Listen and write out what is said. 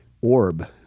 orb